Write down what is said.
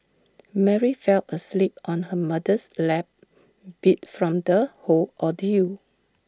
Mary fell asleep on her mother's lap beat from the whole ordeal